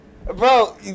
bro